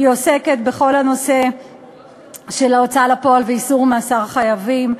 היא עוסקת בכל הנושא של ההוצאה לפועל ואיסור מאסר חייבים.